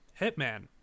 Hitman